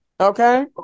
Okay